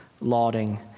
lauding